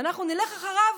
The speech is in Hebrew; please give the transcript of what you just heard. ואנחנו נלך אחריו,